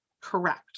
Correct